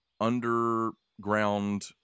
underground